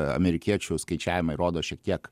amerikiečių skaičiavimai rodo šiek tiek